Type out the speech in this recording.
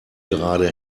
gerade